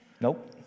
Nope